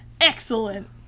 Excellent